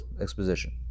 exposition